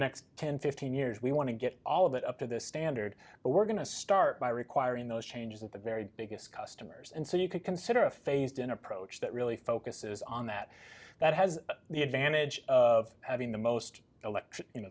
and fifteen years we want to get all of that up to this standard but we're going to start by requiring those changes at the very biggest customers and so you could consider a phased in approach that really focuses on that that has the advantage of having the most electric you know